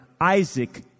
Isaac